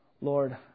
Lord